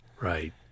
right